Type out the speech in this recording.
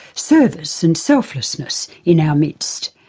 service, and selflessness in our midst.